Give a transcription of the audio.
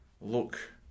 Look